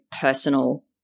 personal